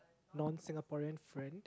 non Singaporean friend